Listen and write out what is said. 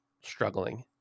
struggling